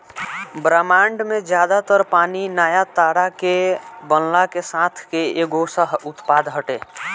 ब्रह्माण्ड में ज्यादा तर पानी नया तारा के बनला के साथ के एगो सह उत्पाद हटे